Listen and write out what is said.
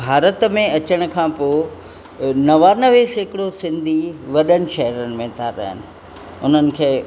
भारत में अचण खां पोइ नवानवे सेकिड़ो सिंधी वॾनि शहरनि में था रहनि उन्हनि खे